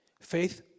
Faith